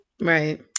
Right